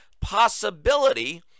possibility